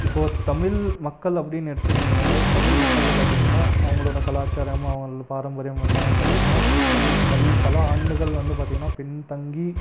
இப்போ தமிழ் மக்கள் அப்படின்னு எடுத்துக்கினிங்கனாலே தமிழ் மக்கள்ல பார்த்திங்கன்னா அவங்களோட கலாச்சாரம் அவங்களோட பாரம்பரியம் எல்லாமே பார்த்திங்கன்னா பல் பல் பல ஆண்டுகள் வந்து பார்த்திங்கன்னா பின்தங்கி